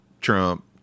Trump